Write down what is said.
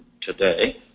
today